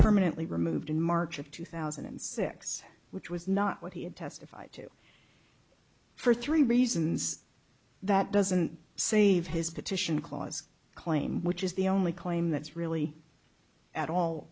permanently removed in march of two thousand and six which was not what he had testified to for three reasons that doesn't save his petition clause claim which is the only claim that's really at all